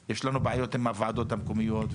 יש לנו בעיות עם הוועדות המקומיות,